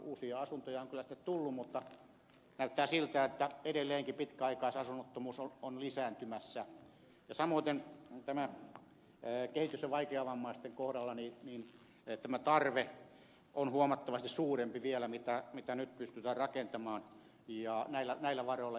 uusia asuntoja on kylläkin tullut mutta näyttää siltä että edelleenkin pitkäaikaisasunnottomuus on lisääntymässä ja samoiten kehitys ja vaikeavammaisten kohdalla tämä tarve on vielä huomattavasti suurempi kuin mitä nyt pystytään rakentamaan näillä varoilla